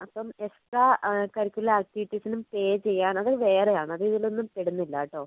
അപ്പം extra curricular ആക്ടിവിറ്റീസിനും pay ചെയ്യുകയാണെങ്കിൽ വേറെയാണ് അത് ഇതിലൊന്നും പെടുന്നില്ല കേട്ടോ